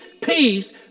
peace